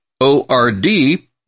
O-R-D